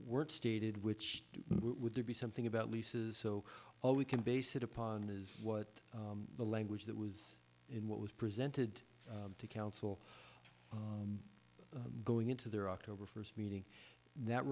weren't stated which would there be something about leases so all we can base it upon is what the language that was in what was presented to council going into their october first meeting that